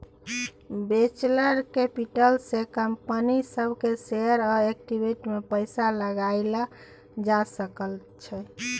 venture capital से company सब के शेयर आ इक्विटी में पैसा लगाएल जा सकय छइ